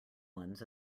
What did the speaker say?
ones